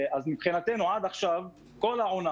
מבחינתנו, עד עכשיו כל העונה